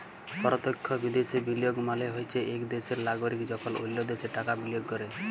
পরতখ্য বিদ্যাশে বিলিয়গ মালে হছে ইক দ্যাশের লাগরিক যখল অল্য দ্যাশে টাকা বিলিয়গ ক্যরে